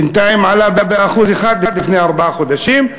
בינתיים הוא עלה ב-1% לפני ארבעה חודשים,